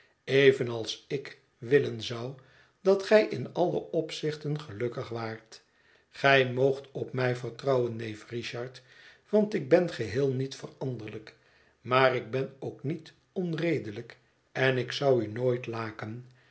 evenals ik willen zou dat gij in alle opzichten gelukkig waart gij m'oogt op mij vertrouwen neef richard want ik ben geheel niet veranderlijk maar ik ben ook niet onredelijk en ik zou u nooit laken